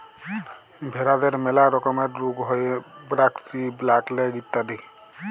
ভেরাদের ম্যালা রকমের রুগ হ্যয় ব্র্যাক্সি, ব্ল্যাক লেগ ইত্যাদি